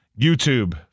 YouTube